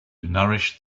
nourish